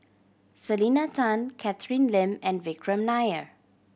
Selena Tan Catherine Lim and Vikram Nair